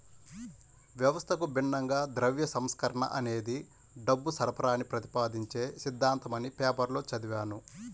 వ్యవస్థకు భిన్నంగా ద్రవ్య సంస్కరణ అనేది డబ్బు సరఫరాని ప్రతిపాదించే సిద్ధాంతమని పేపర్లో చదివాను